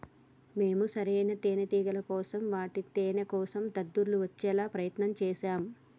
మేము సరైన తేనేటిగల కోసం వాటి తేనేకోసం దద్దుర్లు వచ్చేలా ప్రయత్నం చేశాం